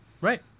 Right